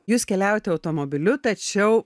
jūs keliaujate automobiliu tačiau